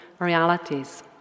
Realities